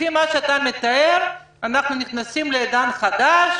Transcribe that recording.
לפי מה שאתה מתאר אנחנו נכנסים לעידן חדש,